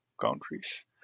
countries